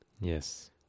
Yes